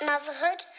Motherhood